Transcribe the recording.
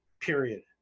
period